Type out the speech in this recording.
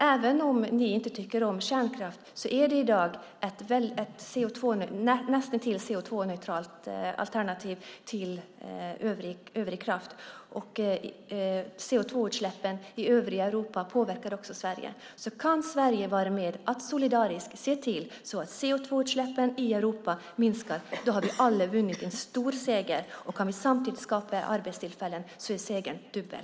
Även om ni inte tycker om kärnkraft är det i dag ett nästintill CO2-neutralt alternativ till övrig kraft, och CO2-utsläppen i övriga Europa påverkar också Sverige. Kan Sverige vara med och solidariskt se till att CO2-utsläppen i Europa minskar har vi alla vunnit en stor seger. Och kan vi samtidigt skapa arbetstillfällen är segern dubbel.